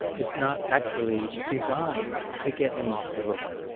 it's not actually designed to get him off the hook,